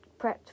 prepped